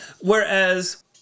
Whereas